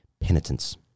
penitence